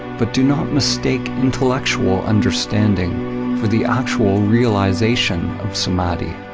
but do not mistake intellectual understanding for the actual realization of samadhi.